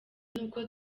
n’uko